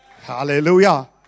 Hallelujah